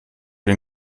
den